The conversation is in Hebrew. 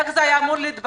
איך זה היה אמור להתבצע?